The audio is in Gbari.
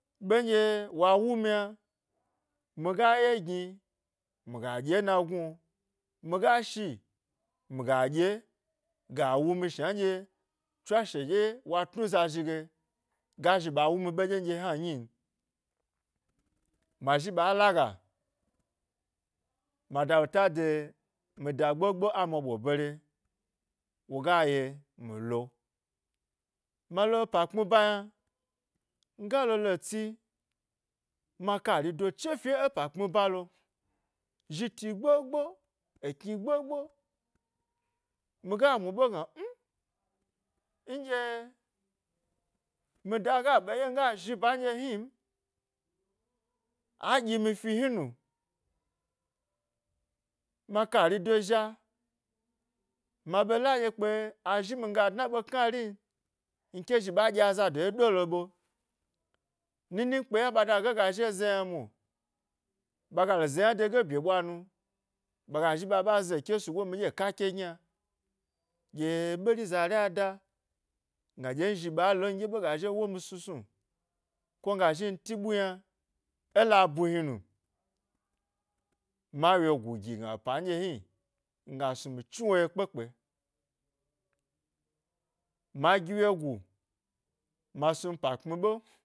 Ɓe nɗye wa wumi yna miga yegni miga ɗye e nagnu'o miga shi mi ga ɗye e nagnu'o miga shi mi ga ɗye ga wuni shna nɗye tswashe ɗye wa tnu za zhige ga zhi ɓa wumi ɓeɗyen ɗye hna nyin. Mazhi ɓa laga, mada ɓeta de mida gbogbo a mwa ɓo bare woga ye mi lo ma lo pa kpmi ba yna nga lo lo tsi mi a kari do che fi ė epa kpmi balo, zhiti gbogbo eloni gbogbo miga mu ɓe gna mm, nɗye mida ga ɓe mi ya zhi ba nɗye hnim a ɗyi mifi hni nu, miakari do zha, ma ɓe la ɗye kpe azhi ɗye miga ɗna ɓe knarin nke zhi ɓa ɗye azado ye ɗo lo ɓe, nini nkpe yna ɓa dage ga zhi wo ze yna mwo ɓaga lo ze yna, dege e bye ɓwa nu ɓa ɓa za ke mi ɗye ka ke gyna ɗye ɓeri zari da gna nzhi ɓa lon mi ɗye ɓe ga zhi wo wo misnusnu ko ngazhi ntiɓu yna ela bu hninu ma wyegu gi gne ɗye epa nɗye hni nga snu mi chni wo ye kpe kpe, ma gi wyeguma snu pa kpmi ɓe